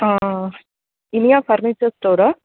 Iniya furniture ஸ்டோரா